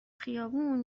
خیابون